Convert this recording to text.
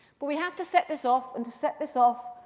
but we have to set this off. and to set this off,